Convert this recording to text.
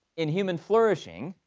in human flourishing,